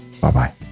bye-bye